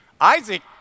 Isaac